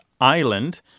island